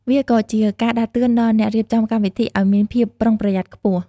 វាក៏ជាការដាស់តឿនដល់អ្នករៀបចំកម្មវិធីឲ្យមានភាពប្រុងប្រយ័ត្នខ្ពស់។